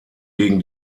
gegen